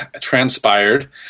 transpired